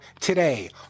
today